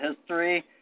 history